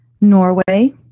Norway